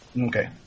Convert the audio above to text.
Okay